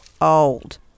old